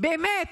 באמת,